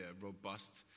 robust